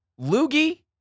Loogie